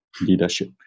leadership